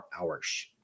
hours